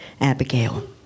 Abigail